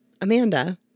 Amanda